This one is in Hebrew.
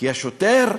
כי השוטר,